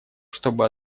чтобы